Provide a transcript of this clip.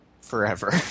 Forever